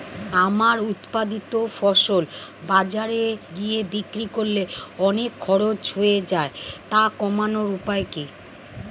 আমার উৎপাদিত ফসল বাজারে গিয়ে বিক্রি করলে অনেক খরচ হয়ে যায় তা কমানোর উপায় কি?